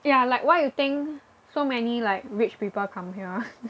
ya like why you think so many like rich people come here